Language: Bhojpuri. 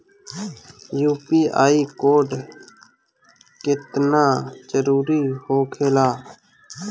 यू.पी.आई कोड केतना जरुरी होखेला?